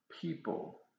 people